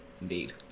Indeed